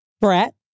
Brat